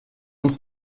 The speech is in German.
uns